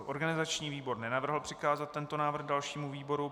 Organizační výbor nenavrhl přikázat tento návrh dalšímu výboru.